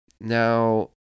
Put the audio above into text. Now